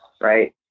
right